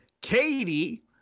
Katie